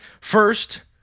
First